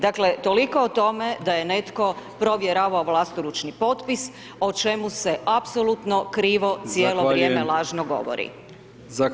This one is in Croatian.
Dakle, toliko o tome da je netko provjeravao vlastoručni potpis, o čemu se apsolutno krivo [[Upadica: Zahvaljujem]] cijelo vrijeme lažno govori.